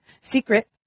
Secret